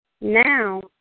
Now